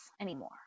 anymore